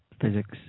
physics